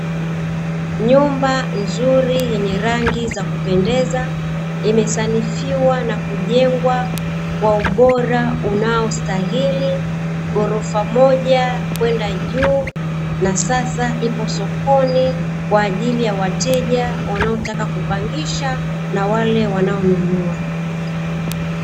Nyumba nzuri yenye rangi za kupendeza, imesanifiwa na kujengwa kwa ubora unaostahili, ghorofa moja kwenda juu na sasa ipo sokoni kwa ajili ya wateja wanaotaka kupangisha, na wale wanaonunua.